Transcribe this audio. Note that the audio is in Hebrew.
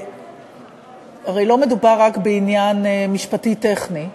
הרי לא מדובר רק בעניין משפטי טכני,